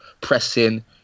pressing